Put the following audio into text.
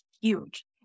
huge